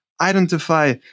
identify